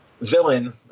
villain